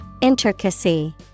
Intricacy